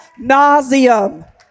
nauseum